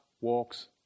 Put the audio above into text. walks